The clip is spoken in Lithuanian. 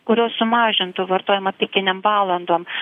kurios sumažintų vartojimą pikinėm valandom